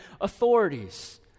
authorities